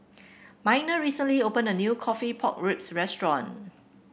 Miner recently opened a new coffee Pork Ribs restaurant